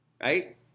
Right